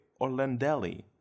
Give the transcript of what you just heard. Orlandelli